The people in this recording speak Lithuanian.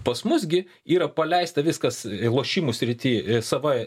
pas mus gi yra paleista viskas lošimų srity sava